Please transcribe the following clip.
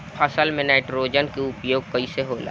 फसल में नाइट्रोजन के उपयोग कइसे होला?